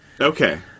Okay